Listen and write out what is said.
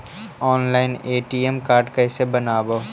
Online ATM card कैसे बनाबौ?